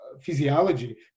physiology